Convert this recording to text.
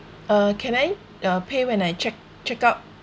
uh can uh I pay when I check checkout